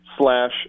slash